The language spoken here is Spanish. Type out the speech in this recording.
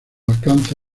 alcance